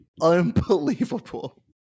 Unbelievable